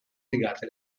legate